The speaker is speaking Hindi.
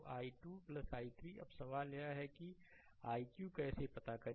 तो i2 i3 अब सवाल यह है कि i q कैसे पता करें